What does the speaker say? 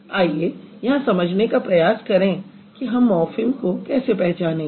आइए यहाँ समझने का प्रयास करें कि हम मॉर्फ़िम को कैसे पहचानेंगे